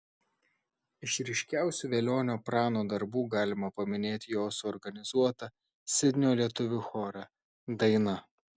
iš ryškiausių velionio prano darbų galima paminėti jo suorganizuotą sidnio lietuvių chorą daina